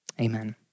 Amen